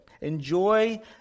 Enjoy